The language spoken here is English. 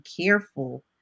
careful